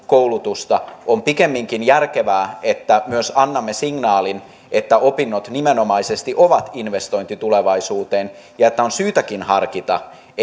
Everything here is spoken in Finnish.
koulutusta hyvänsä on pikemminkin järkevää että myös annamme signaalin että opinnot nimenomaisesti ovat investointi tulevaisuuteen ja että on syytäkin harkita